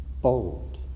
bold